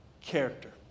character